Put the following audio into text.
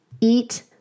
eat